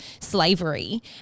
slavery